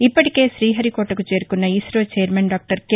ఇప్పటికే శ్రీహరికోటకు చేరుకున్న ఇసో ఛైర్మన్ డాక్టర్ కె